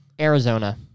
Arizona